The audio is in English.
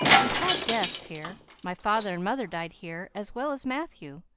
we've had deaths here my father and mother died here as well as matthew